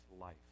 life